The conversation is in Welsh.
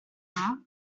yma